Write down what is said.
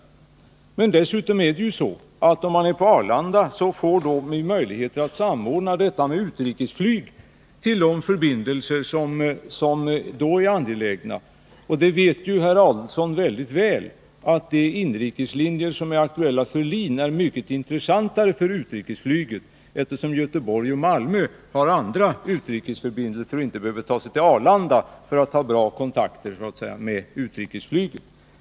Om inrikesflyget finns på Arlanda får man också möjligheter att samordna det med de utrikes förbindelser som är angelägna. Herr Adelsohn vet mycket väl att de inrikeslinjer som är aktuella för LIN är mycket intressantare för utrikesflyget än SAS inrikesflyglinjer, eftersom Göteborg och Malmö — som trafikeras av SAS — har andra utrikesförbindelser. Resande därifrån behöver alltså inte ta sig till Arlanda för att få goda förbindelser med utrikesflyget.